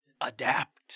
Adapt